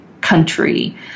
country